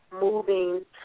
moving